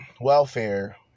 welfare